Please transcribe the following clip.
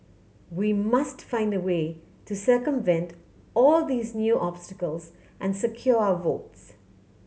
we must find a way to circumvent all these new obstacles and secure our votes